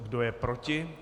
Kdo je proti?